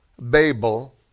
Babel